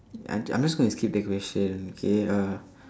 I'm I'm just going to skip that question okay uh